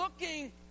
looking